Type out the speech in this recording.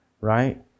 right